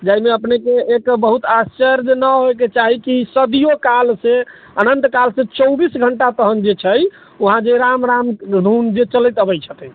जाहिमे अपनेके एक बहुत आश्चर्य नहि होइके चाही कि सदिओ कालसँ अनन्त कालसँ चौबिस घण्टा तहन जे छै ओ अहाँ जे राम राम धुन जे चलैत अबै छथिन